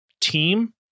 team